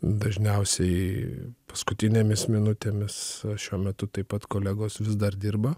dažniausiai paskutinėmis minutėmis šiuo metu taip pat kolegos vis dar dirba